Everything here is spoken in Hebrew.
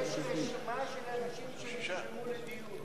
יציג את הצעת החוק חבר